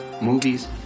movies